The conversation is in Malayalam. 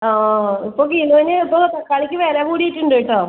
ആ ഇപ്പോള് കിലോന് ഇപ്പോള് തക്കാളിക്ക് വില കൂടിയിട്ടുണ്ട് കേട്ടോ